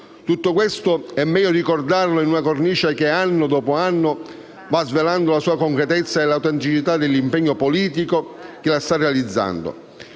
Tutto questo è meglio ricordarlo in una cornice che, anno dopo anno, va svelando la sua concretezza e l'autenticità dell'impegno politico che la sta realizzando.